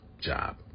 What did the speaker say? job